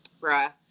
bruh